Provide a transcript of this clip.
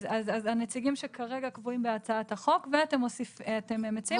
אז הנציגים שכרגע קבועים בהצעת החוק ואתם מציעים